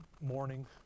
morning